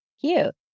Cute